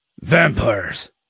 Vampires